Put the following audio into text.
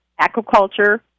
aquaculture